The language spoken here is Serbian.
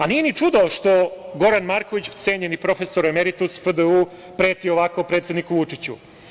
Nije ni čudo što Goran Marković, cenjeni profesor emeritus FDU preti ovako predsedniku Vučiću.